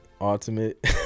ultimate